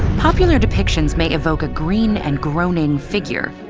popular depictions may evoke a green and groaning figure,